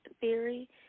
theory